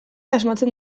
asmatzen